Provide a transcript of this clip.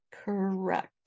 Correct